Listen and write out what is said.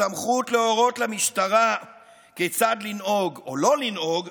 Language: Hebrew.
הסמכות להורות למשטרה כיצד לנהוג או לא לנהוג,